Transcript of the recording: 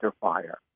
fire